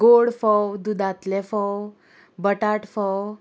गोड फोव दुदांतले फोव बटाट फोव